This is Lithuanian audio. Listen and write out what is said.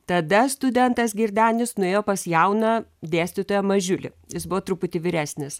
tada studentas girdenis nuėjo pas jauną dėstytoją mažiulį jis buvo truputį vyresnis